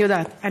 אני יודעת.